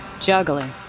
juggling